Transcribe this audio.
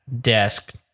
desk